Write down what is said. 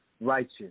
righteous